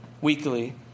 weekly